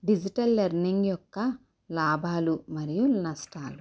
digital learning యొక్క లాభాలు మరియు నష్టాలు